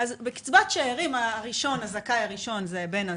בקצבת שארים הזכאי הראשון הוא בן הזוג,